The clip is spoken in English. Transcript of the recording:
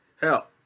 hell